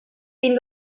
bin